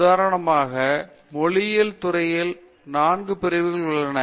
உதாரணமாக மொழியியல் துறையில் நான்கு பிரிவுகள் உள்ளன